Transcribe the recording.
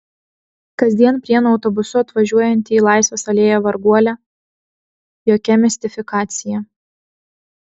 kasdien prienų autobusu atvažiuojanti į laisvės alėją varguolė jokia mistifikacija